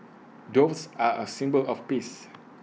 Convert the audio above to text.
doves are A symbol of peace